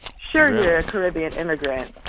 sure, you're a caribbean immigrant.